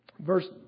verse